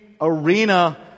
arena